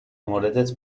موردت